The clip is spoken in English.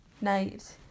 night